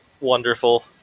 wonderful